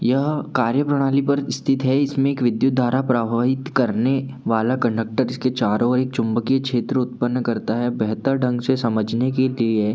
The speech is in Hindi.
यह कार्य प्रणाली पर स्थित है इसमें एक विद्युत धारा प्रवाहित करने वाला कंडक्टर इसके चारों ओर एक चुंबकीय क्षेत्र उत्पन्न करता है बेहतर ढंग से समझने के लिए